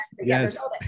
Yes